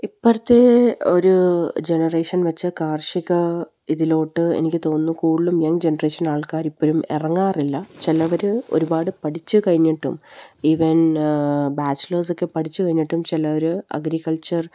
ഇപ്പോഴത്തെ ഒരു ജനറേഷൻ എന്നുവെച്ചാല് കാർഷിക ഇതിലേക്ക് എനിക്ക് തോന്നുന്നു കൂടുതലും യങ്ങ് ജനറേഷൻ ആൾക്കാര് ഇപ്പോഴും ഇറങ്ങാറില്ല ചിലര് ഒരുപാട് പഠിച്ചുകഴിഞ്ഞിട്ടും ഈവൻ ബാച്ചിലേഴ്സൊക്കെ പഠിച്ചുകഴിഞ്ഞിട്ടും ചിലര് അഗ്രികൾച്ചർ